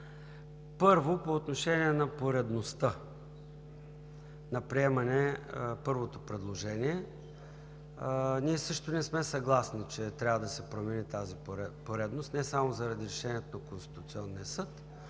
Първо, по отношение на поредността на приемане – първото предложение. Ние също не сме съгласни, че трябва да се промени тази поредност не само заради решението на Конституционния съд,